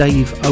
Dave